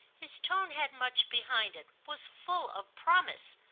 his tone had much behind it was full of promise.